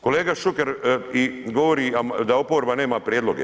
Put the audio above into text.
Kolega Šuker govori da oporba nema prijedloge.